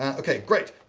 okay, great.